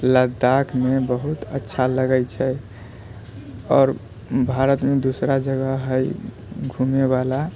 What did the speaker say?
लद्दाखमे बहुत अच्छा लगै छै आओर भारतमे दूसरा जगह है घुमैवला